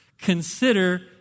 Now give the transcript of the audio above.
consider